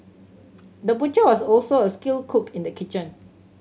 the butcher was also a skilled cook in the kitchen